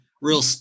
real